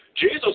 Jesus